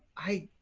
i,